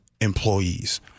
employees